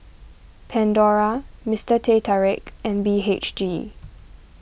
Pandora Mister Teh Tarik and B H G